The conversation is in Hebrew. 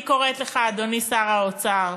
אני קוראת לך, אדוני שר האוצר: